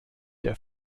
der